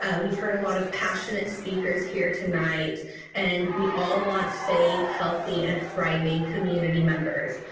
ah we've heard a lot of passionate speakers here tonight and we all want safe, healthy and thriving community members.